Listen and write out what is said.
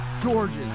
George's